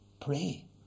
pray